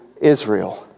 Israel